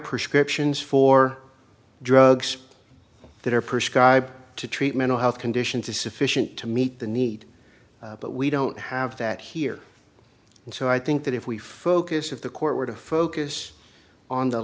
prescriptions for drugs that are prescribed to treat mental health conditions is sufficient to meet the need but we don't have that here and so i think that if we focus of the court were to focus on the